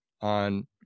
on